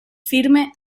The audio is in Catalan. firme